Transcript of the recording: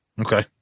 Okay